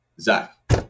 Zach